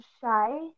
shy